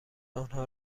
آنها